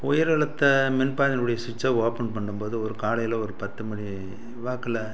உயர் அழுத்த மின் பாயிண்ட் உடைய சுவிட்ச்ச ஓப்பன் பண்ணும் போது ஒரு காலையில் ஒரு பத்து மணி வாக்கில்